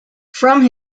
from